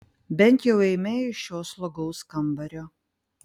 bent jau eime iš šio slogaus kambario